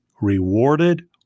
rewarded